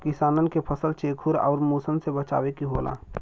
किसानन के फसल चेखुर आउर मुसन से बचावे के होला